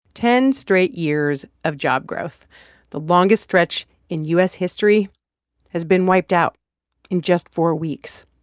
ten straight years of job growth the longest stretch in u s. history has been wiped out in just four weeks.